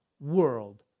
world